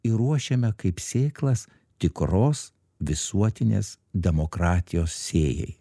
ir ruošiame kaip sėklas tikros visuotinės demokratijos sėjai